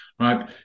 right